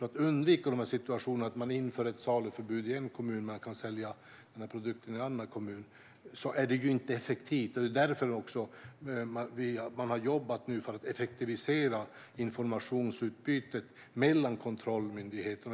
Att ett saluförbud införs i en kommun men inte i en annan kommun är inte effektivt, och för att undvika den situationen har man nu jobbat för att effektivisera informationsutbytet mellan kontrollmyndigheter.